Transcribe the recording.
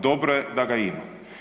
Dobro je da ga ima.